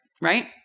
right